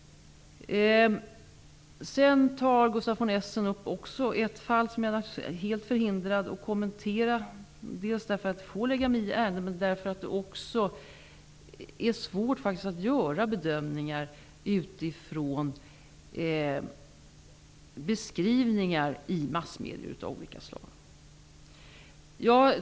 Gustaf von Essen tog också upp ett fall som jag naturligtvis är helt förhindrad att kommentera. För det första får jag inte lägga mig i ärenden. För det andra är det faktiskt svårt att göra bedömningar utifrån beskrivningar i massmedier av olika slag.